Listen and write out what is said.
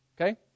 Okay